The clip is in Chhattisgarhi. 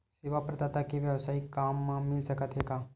सेवा प्रदाता के वेवसायिक काम मिल सकत हे का?